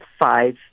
five